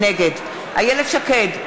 נגד איילת שקד,